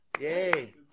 Yay